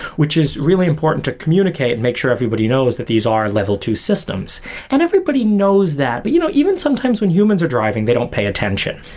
which is really important to communicate and make sure everybody knows that these are level two systems and everybody knows that, but you know even sometimes when humans are driving, they don't pay attention.